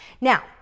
now